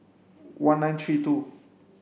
one nine three two